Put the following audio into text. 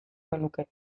genukeen